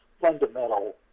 fundamental